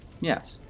Yes